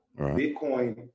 Bitcoin